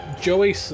Joey